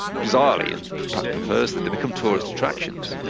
bizarrely and perhaps perversely they've become tourist attractions. yeah